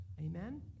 Amen